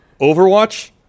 Overwatch